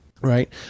right